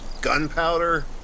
gunpowder